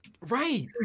Right